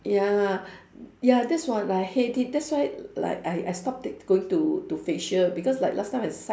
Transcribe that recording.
ya ya that's what I hate it that's why like I I stop ta~ going to to facial because like last time I